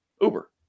Uber